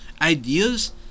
ideas